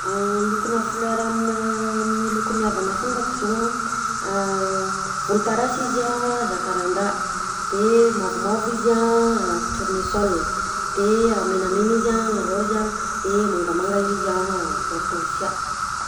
Lokona fleur amina amin'ny lokon'ny havana fantatro zao a, a volomparasy izy a zankarada, de mavomavo izy a tournesol, de a menamena izy a raozy de mangamanga izy a hortensia.